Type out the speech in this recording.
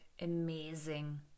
amazing